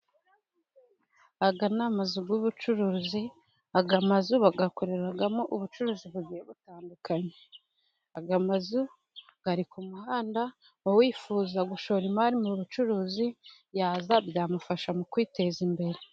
Aya ni amazu y'ubucuruzi, aya mazu bayakoreramo ubucuruzi bugiye butandukanye, aya mazu ari ku muhanda, uwifuza gushora imari mu bucuruzi, yaza byamufasha mu kwiteza imbere.